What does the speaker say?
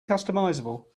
customizable